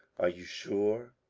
are you sure,